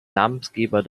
namensgeber